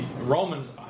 Romans